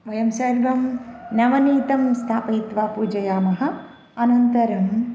वयं सर्वं नवनीतं स्थापयित्वा पूजयामः अनन्तरं